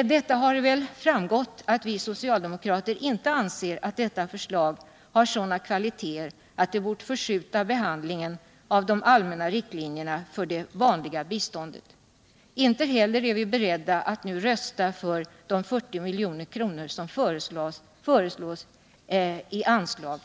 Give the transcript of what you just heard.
Av detta har det väl framgått att vi socialdemokrater inte anser att detta förslag har sådana kvaliteter att det bort förskjuta behandlingen av de allmänna riktlinjerna för det vanliga biståndet. Inte heller är vi beredda att nu rösta för de 40 milj.kr. som föreslås i anslag.